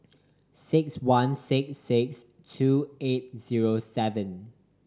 six one six six two eight zero seven